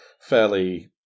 fairly